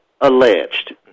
alleged